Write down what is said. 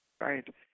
right